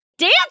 Dance